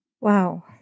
Wow